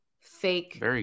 fake